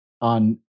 on